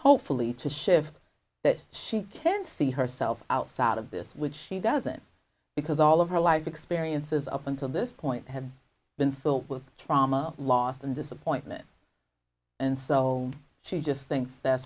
hopefully to shift that she can see herself outside of this which she doesn't because all of her life experiences up until this point have been filled with trauma loss and disappointment and so she just thinks th